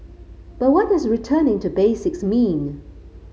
but what does returning to basics mean